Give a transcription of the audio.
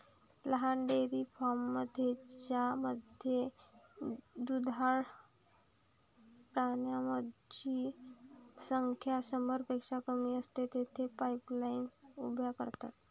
लहान डेअरी फार्ममध्ये ज्यामध्ये दुधाळ प्राण्यांची संख्या शंभरपेक्षा कमी असते, तेथे पाईपलाईन्स उभ्या करतात